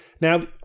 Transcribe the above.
Now